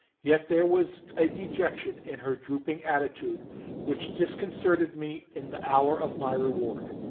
yet there was a dejection in her drooping attitude which disconcerted me in the hour of my reward.